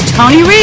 Tony